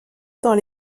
dans